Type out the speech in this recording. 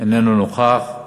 אינו נוכח,